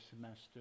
semester